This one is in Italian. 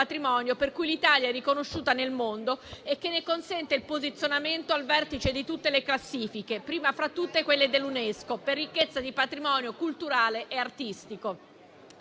per cui l'Italia è riconosciuta nel mondo e che ne consente il posizionamento al vertice di tutte le classifiche, prima fra tutte quella dell'Unesco per ricchezza di patrimonio culturale e artistico.